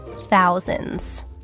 thousands